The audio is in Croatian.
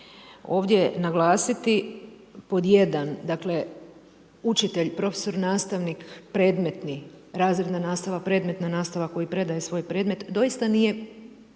ovdje naglasiti pod jedan, dakle, učitelj, profesor, nastavnik, predmetni, razredna nastava, predmetna nastava koji predaje svoj predmet, doista nije